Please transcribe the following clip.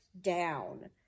down